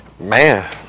Man